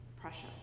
precious